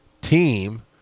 team